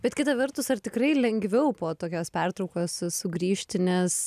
bet kita vertus ar tikrai lengviau po tokios pertraukos sugrįžti nes